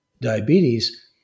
diabetes